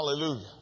Hallelujah